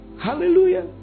Hallelujah